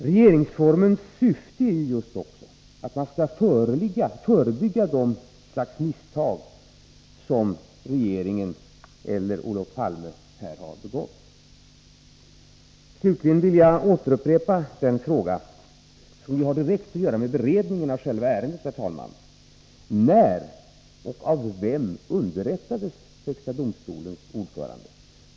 Regeringsformens syfte är ju också att man skall förebygga det slags misstag som regeringen eller Olof Palme här har begått. Herr talman! Slutligen vill jag återupprepa den fråga som har direkt att göra med beredningen av själva ärendet: När och av vem underrättades högsta domstolens ordförande?